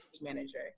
manager